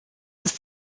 ist